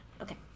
Okay